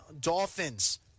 Dolphins